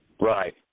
Right